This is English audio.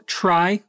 try